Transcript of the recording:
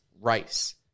Rice